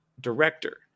director